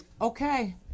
Okay